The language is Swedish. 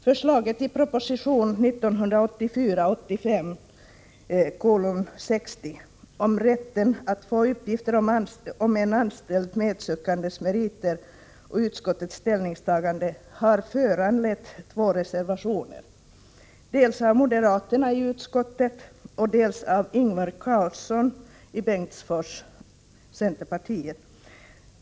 Förslaget i proposition 1984/85:60 om rätten att få uppgifter om en anställd medsökandes meriter och utskottets ställningstagande har föranlett två reservationer, dels av moderaterna i utskottet, dels av centerpartisten Ingvar Karlsson i Bengtsfors.